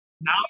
Now